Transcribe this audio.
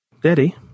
Daddy